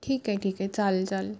ठीक आहे ठीक आहे चाल चालेल